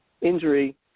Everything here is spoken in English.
injury